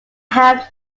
have